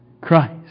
Christ